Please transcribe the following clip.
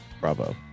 Bravo